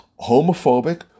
homophobic